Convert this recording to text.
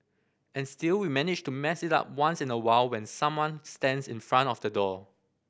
and still we manage to mess it up once in a while when someone stands in front of the door